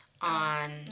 on